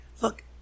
look